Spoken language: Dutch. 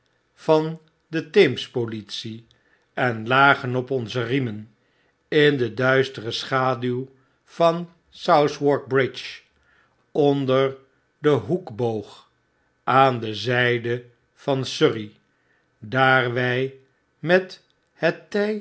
van de theems politie en lagen op onze riemen in de duistere schaduw van southwark bridge onder denhoekboog aan de zyde van surrey daar wij met het